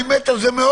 אני מת על זה.